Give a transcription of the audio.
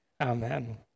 Amen